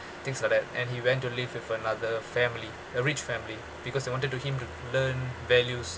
things like that and he went to live with another family a rich family because they wanted to him to learn values